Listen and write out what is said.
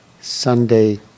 Sunday